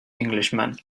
englishman